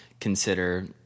consider